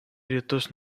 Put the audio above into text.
rytus